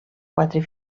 quatre